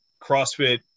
CrossFit